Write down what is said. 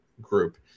Group